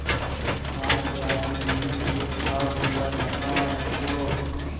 কাজ ক্যরার জ্যনহে যে ছব গুলা টাকা রাখ্যে